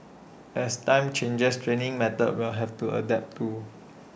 as times change training methods will have to adapt too